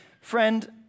friend